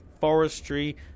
forestry